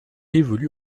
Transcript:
évolue